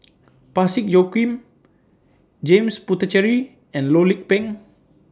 Parsick Joaquim James Puthucheary and Loh Lik Peng